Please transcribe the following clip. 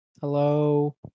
Hello